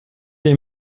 les